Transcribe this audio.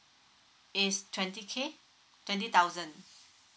is twenty K twenty thousand